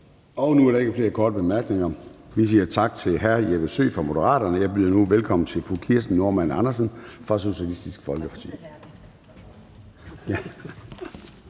Nu er der ikke flere korte bemærkninger. Vi siger tak til hr. Jeppe Søe fra Moderaterne, og jeg byder nu velkommen til fru Kirsten Normann Andersen fra Socialistisk Folkeparti.